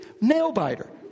Nail-biter